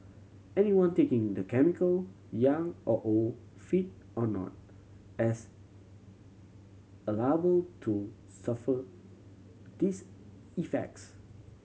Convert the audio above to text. anyone taking the chemical young or old fit or not as a liable to suffer these effects